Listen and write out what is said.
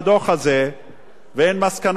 והן מסקנות חמורות ביותר.